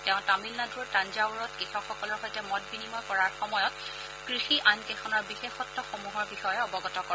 তেওঁ তামিলনাডুৰ তঞ্জাবুৰত কৃষকসকলৰ সৈতে মত বিনিময় কৰাৰ সময়ত কৃষি আইনকেইখনৰ বিশেষত্সমূহৰ বিষয়ে অৱগত কৰে